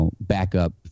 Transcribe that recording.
backup